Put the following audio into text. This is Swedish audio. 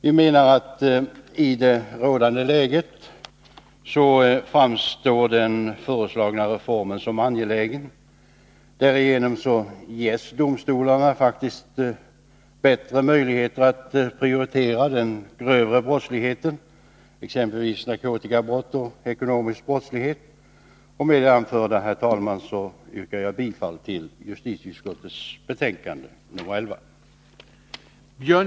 Vi menar att den föreslagna reformen i rådande läge framstår som angelägen. Genom den ges domstolarna faktiskt bättre möjligheter att prioritera beivrandet av den grövre brottsligheten, exempelvis narkotikabrott och ekonomisk brottslighet. Med det anförda, herr talman, yrkar jag bifall till justitieutskottets hemställan.